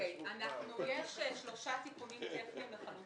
יש שלושה תיקונים טכניים לחלוטין.